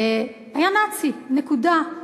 היה נאצי, נקודה.